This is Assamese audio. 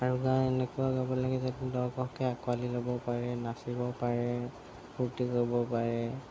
আৰু গান এনেকুৱা গাব লাগে যাতে দৰ্শকে আকোৱালি ল'ব পাৰে নাচিব পাৰে ফূৰ্তি কৰিব পাৰে